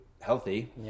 healthy